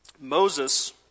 Moses